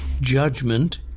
judgment